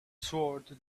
sword